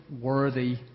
worthy